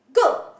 go